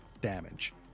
damage